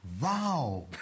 Wow